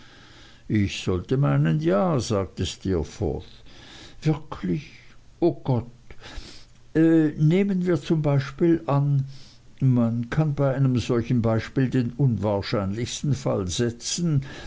ich sollte meinen ja sagte steerforth wirklich o gott nehmen wir zum beispiel an man kann bei einem solchen beispiel den unwahrscheinlichsten fall setzen